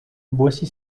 boissy